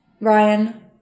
Ryan